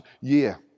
year